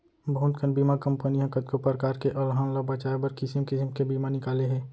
बहुत कन बीमा कंपनी ह कतको परकार के अलहन ल बचाए बर किसिम किसिम के बीमा निकाले हे